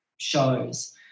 shows